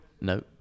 No